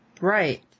Right